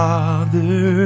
Father